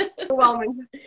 overwhelming